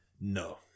No